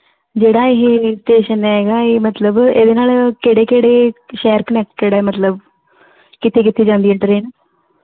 ਜਿਹੜਾ ਇਹ ਸਟੇਸ਼ਨ ਹੈ ਇਹ ਮਤਲਬ ਇਹਦੇ ਨਾਲ ਕਿਹੜੇ ਕਿਹੜੇ ਸ਼ਹਿਰ ਕਨੈਕਟਿਡ ਹੈ ਮਤਲਬ ਕਿੱਥੇ ਕਿੱਥੇ ਜਾਂਦੀ ਹੈ ਟ੍ਰੇਨ